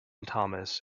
thomas